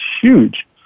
huge